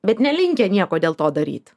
bet nelinkę nieko dėl to daryt